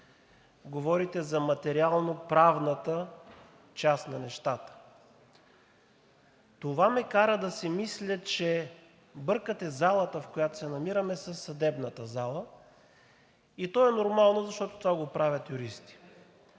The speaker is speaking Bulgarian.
говорите за материалноправната част на нещата и това ме кара да си мисля, че бъркате залата, в която се намираме, със съдебната зала и то е нормално, защото това го правят юристи.